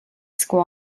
school